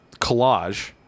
collage